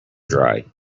dry